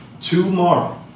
tomorrow